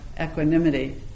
equanimity